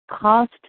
cost